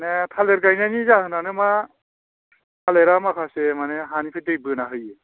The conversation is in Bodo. माने थालिर गायनायनि जाहोनानो मा थालिरा माखासे मानि हानिफ्राय दै बोनानै होयो